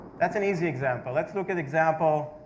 that's an easy example. let's look at example,